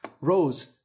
rose